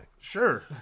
Sure